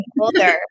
older